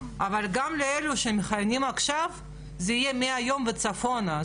אבל גם לאלה שמכהנים עכשיו זה יהיה מהיום וצפונה.